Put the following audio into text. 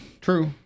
True